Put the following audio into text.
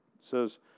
says